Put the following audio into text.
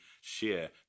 share